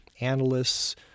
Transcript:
analysts